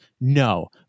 no